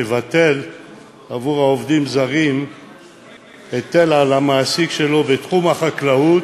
לבטל את ההיטל עבור העובדים הזרים למעסיק בתחום החקלאות,